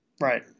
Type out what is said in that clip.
Right